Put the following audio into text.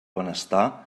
benestar